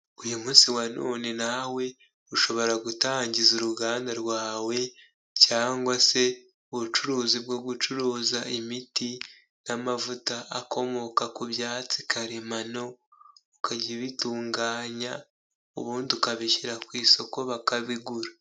Uyu munsi wa none nawe ushobora gutangiza uruganda rwawe cyangwa se ubucuruzi bwo gucuruza imiti n'amavuta akomoka ku byatsi karemano ukajya ubitunganya ubundi ukabishyira ku isoko bakabigura.